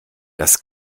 das